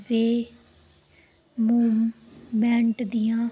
wave movement ਦੀਆਂ